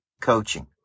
coaching